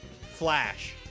Flash